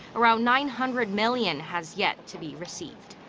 around nine hundred million has yet to be received.